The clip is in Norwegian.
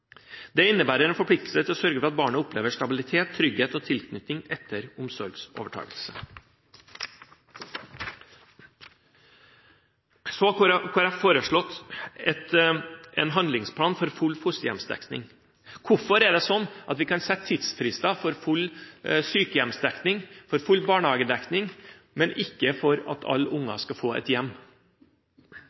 Det innebærer en forpliktelse til å sørge for at barnet opplever stabilitet, trygghet og tilknytning etter omsorgsovertakelse.» Så har Kristelig Folkeparti foreslått en handlingsplan for full fosterhjemsdekning. Hvorfor er det sånn at vi kan sette tidsfrister for full sykehjemsdekning, for full barnehagedekning, men ikke for at alle barn skal få et hjem?